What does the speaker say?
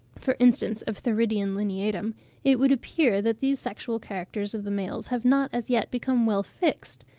for instance of theridion lineatum, it would appear that these sexual characters of the males have not as yet become well fixed.